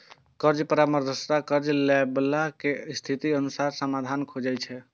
कर्ज परामर्शदाता कर्ज लैबला के स्थितिक अनुसार समाधान खोजै छै